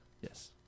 yes